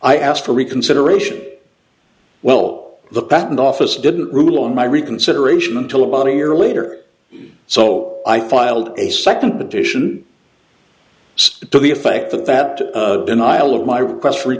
i asked for reconsideration well the patent office didn't rule on my reconsideration until about a year later so i filed a second petition to the effect that that denial of my request f